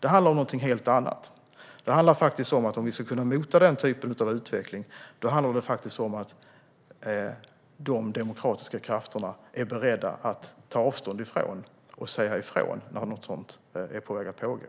Det här handlar om något helt annat. Om vi ska kunna mota den typen av utveckling måste de demokratiska krafterna vara beredda att ta avstånd och säga ifrån när något sådant är på väg att hända.